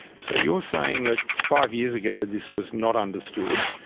so you're saying that five years ago this was not understood.